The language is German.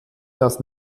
das